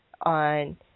on